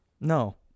No